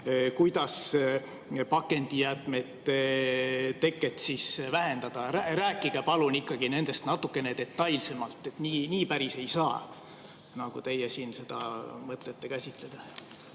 kuidas pakendijäätmete teket vähendada? Rääkige palun nendest natukene detailsemalt. Nii päris ei saa, nagu teie siin seda mõtlete käsitleda.